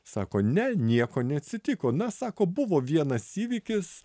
sako ne nieko neatsitiko na sako buvo vienas įvykis